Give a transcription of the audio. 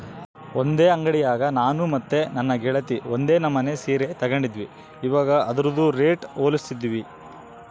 ಒಂದೇ ಅಂಡಿಯಾಗ ನಾನು ಮತ್ತೆ ನನ್ನ ಗೆಳತಿ ಒಂದೇ ನಮನೆ ಸೀರೆ ತಗಂಡಿದ್ವಿ, ಇವಗ ಅದ್ರುದು ರೇಟು ಹೋಲಿಸ್ತಿದ್ವಿ